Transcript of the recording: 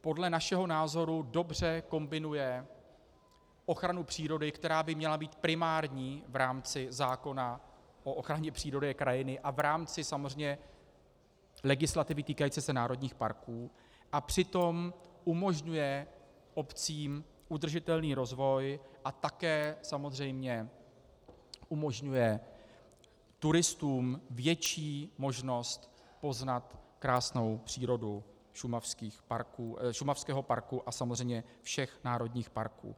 Podle našeho názoru dobře kombinuje ochranu přírody, která by měla být primární v rámci zákona o ochraně přírody a krajiny a v rámci samozřejmě legislativy týkající se národních parků, a přitom umožňuje obcím udržitelný rozvoj a také samozřejmě umožňuje turistům větší možnost poznat krásnou přírodu šumavského parku a samozřejmě všech národních parků.